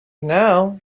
now